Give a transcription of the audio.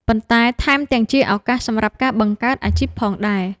ប៉ុន្តែថែមទាំងជាឱកាសសម្រាប់ការបង្កើតអាជីពផងដែរ។